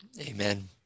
Amen